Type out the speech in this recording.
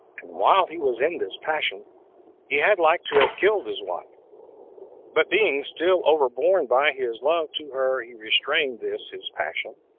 and while he was in this passion he had like to have killed his wife but being still overborne by his love to her, he restrained this his passion,